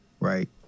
Right